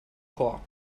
chor